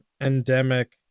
endemic